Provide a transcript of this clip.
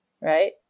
Right